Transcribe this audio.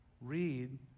read